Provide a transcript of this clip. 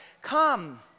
come